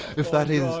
if that is